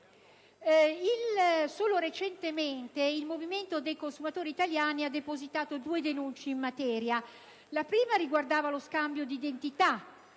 Solo recentemente il Movimento dei consumatori italiani ha depositato due denunce in materia: la prima riguardava lo scambio di identità,